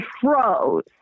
froze